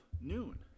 noon